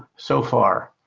so far.